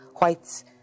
Whites